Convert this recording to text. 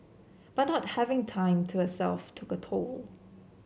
but not having time to herself took a toll